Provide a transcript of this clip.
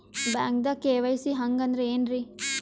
ಬ್ಯಾಂಕ್ದಾಗ ಕೆ.ವೈ.ಸಿ ಹಂಗ್ ಅಂದ್ರೆ ಏನ್ರೀ?